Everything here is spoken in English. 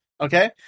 Okay